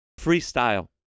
freestyle